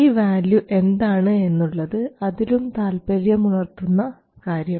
ഈ വാല്യൂ എന്താണ് എന്നുള്ളതാണ് അതിലും താൽപര്യമുണർത്തുന്ന കാര്യം